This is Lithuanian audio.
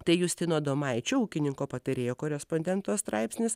tai justino adomaičio ūkininko patarėjo korespondento straipsnis